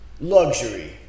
luxury